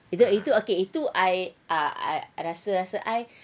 itu itu okay itu I I rasa-rasa I